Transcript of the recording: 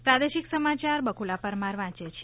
પ્રાદેશિક સમાચાર બકુલા પરમાર વાંચે છે